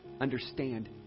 Understand